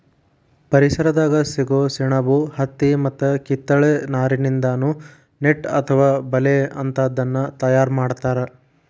ಪರಿಸರದಾಗ ಸಿಗೋ ಸೆಣಬು ಹತ್ತಿ ಮತ್ತ ಕಿತ್ತಳೆ ನಾರಿನಿಂದಾನು ನೆಟ್ ಅತ್ವ ಬಲೇ ಅಂತಾದನ್ನ ತಯಾರ್ ಮಾಡ್ತಾರ